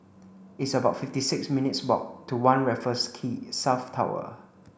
it's about fifty six minutes' walk to One Raffles Quay South Tower